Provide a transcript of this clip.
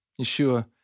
Yeshua